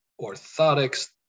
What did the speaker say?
orthotics